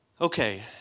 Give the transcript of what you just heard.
Okay